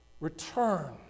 return